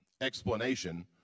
explanation